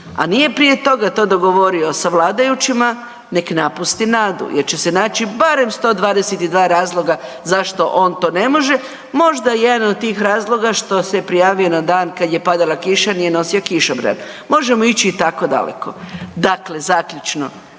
a nije prije toga to dogovorio sa vladajućima neka napusti nadu, jer će se naći barem 122 razloga zašto on to ne može. Možda jedan od tih razloga što se javio na dan kada je pada kiša a nije nosio kišobran? Možemo ići i tako daleko. Dakle, zaključno.